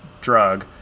drug